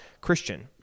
Christian